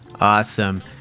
awesome